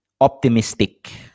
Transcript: optimistic